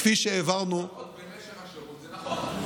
כפי שהעברנו, פשרות במשך השירות זה נכון.